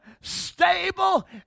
stable